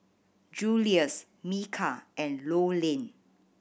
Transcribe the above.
Julious Micah and Rowland